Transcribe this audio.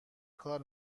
کار